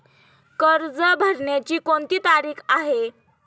कर्ज भरण्याची कोणती तारीख आहे?